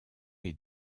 est